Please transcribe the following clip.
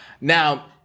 Now